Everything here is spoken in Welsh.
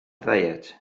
ddiet